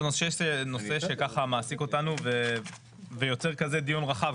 נושא שככה מעסיק אותנו ויוצר כזה דיון רחב.